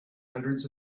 hundreds